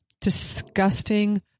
disgusting